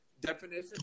definition